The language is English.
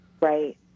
Right